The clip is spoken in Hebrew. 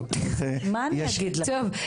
מה אני אגיד לכם?